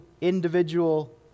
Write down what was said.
individual